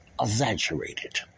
exaggerated